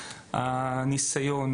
הניסיון,